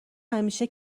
همیشه